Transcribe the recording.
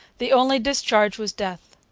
the only discharge was death.